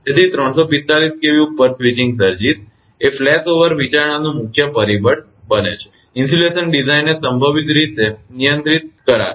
તેથી 345 kV ઉપર switching surges એ ફ્લેશઓવર વિચારણાનું મુખ્ય પરિબળ બને છે અને ઇન્સ્યુલેશન ડિઝાઇનને સંભવિત રીતે નિયંત્રિત કરશે